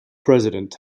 president